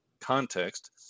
context